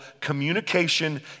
communication